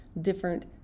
different